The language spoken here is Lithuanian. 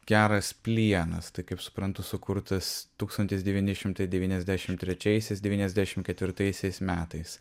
geras plienas kaip suprantu sukurtas tūkstantis devyni šimtai devyniasdešimt trečiaisiais devyniasdešimt ketvirtaisiais metais